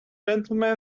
gentlemen